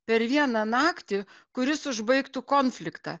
per vieną naktį kuris užbaigtų konfliktą